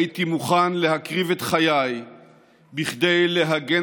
הייתי מוכן להקריב את חיי כדי להגן